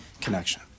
connection